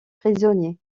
prisonnier